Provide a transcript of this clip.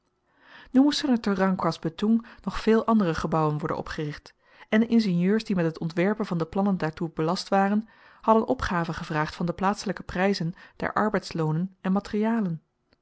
nu moesten er te rangkas betoeng nog veel andere gebouwen worden opgericht en de ingenieurs die met het ontwerpen van de plannen daartoe belast waren hadden opgaven gevraagd van de plaatselyke pryzen der arbeidsloonen en materialen